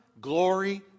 glory